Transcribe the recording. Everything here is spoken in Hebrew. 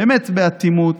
באמת באטימות,